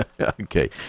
Okay